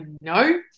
no